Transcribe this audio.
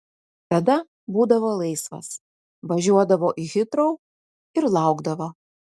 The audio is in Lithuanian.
tada būdavo laisvas važiuodavo į hitrou ir laukdavo